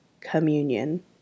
communion